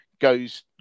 goes